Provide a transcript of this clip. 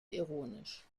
ironisch